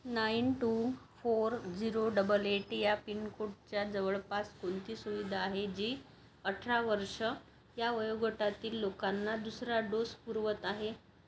nine two four zero double eighty या पिनकोडच्या जवळपास कोणती सुविधा आहे जी अठरा वर्षं या वयोगटातील लोकांना दुसरा डोस पुरवत आहे